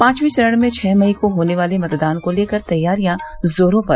पांचवें चरण में छह मई को होने वाले मतदान को लेकर तैयारियां जोरों पर